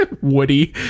Woody